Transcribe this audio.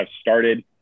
started